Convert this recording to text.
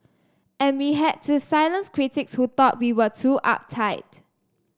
and we had to silence critics who thought we were too uptight